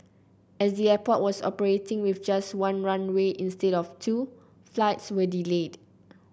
as the airport was operating with just one runway instead of two flights were delayed